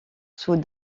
sous